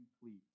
complete